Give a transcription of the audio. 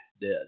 dead